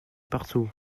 partout